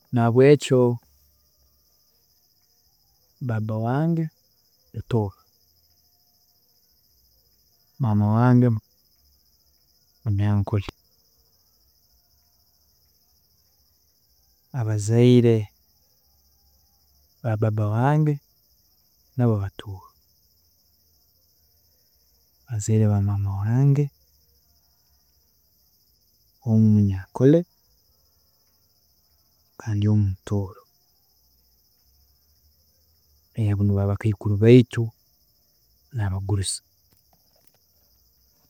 Nahabwekyo baaba wange mutooro, maama wange munyankore, abazaire ba baaba wange nabo batooro, abazaire ba maama wange omu munyankore kandi omu mutooro, nibo bakaikuru baitu n'abagurusi